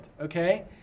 okay